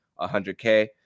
100K